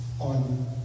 on